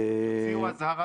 חברת הכנסת יעל רון בן משה,